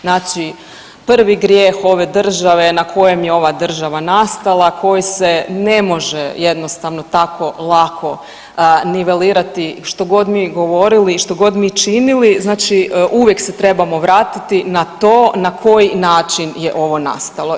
Znači prvi grijeh ove države, na kojem je ova država nastala, a koji se ne može jednostavno tako lako nivelirati što god mi govorili i što god mi činili, znači uvijek se trebamo vratiti na to na koji način je ovo nastalo.